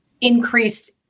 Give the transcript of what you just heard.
increased